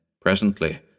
presently